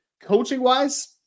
coaching-wise –